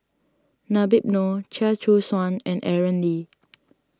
Habib Noh Chia Choo Suan and Aaron Lee